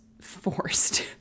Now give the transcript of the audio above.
forced